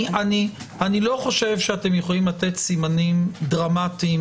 אני לא חושב שאתם יכולים לתת סימנים דרמטיים